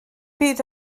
byd